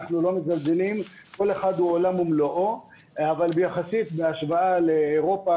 כל אחד הוא עולם ומלואו אבל בהשוואה לאירופה,